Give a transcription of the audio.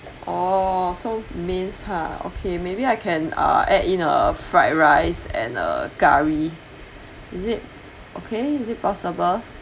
orh so main ha okay maybe I can uh add in uh fried rice and uh curry is it okay is it possible